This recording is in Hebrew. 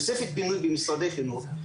תוספת בינוי במשרד החינוך,